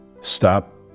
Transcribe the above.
stop